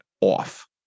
off